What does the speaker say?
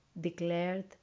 declared